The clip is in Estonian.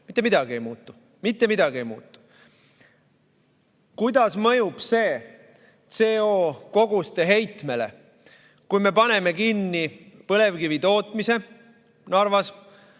Mitte midagi ei muutu! Kuidas mõjub see CO2heitmete kogustele, kui me paneme kinni põlevkivitootmise Narvas